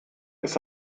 ist